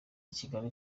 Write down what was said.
kigali